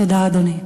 תודה, אדוני.